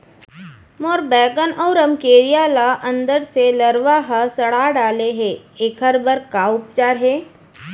मोर बैगन अऊ रमकेरिया ल अंदर से लरवा ह सड़ा डाले हे, एखर बर का उपचार हे?